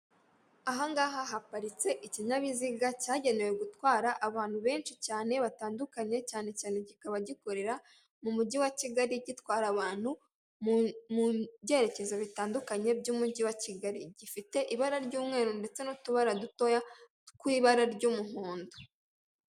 Ahangaha haparitse ikinyabiziga cyagenewe gutwara abantu benshi cyane batandukanye, cyane cyane kikaba gikorera mu mujyi wa kigali gitwara abantu mu byerekezo bitandukanye by'umujyi wa kigali, gifite ibara ry'umweru ndetse n'utubara dutoya tw'ibara ry'umuhondo.